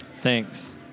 Thanks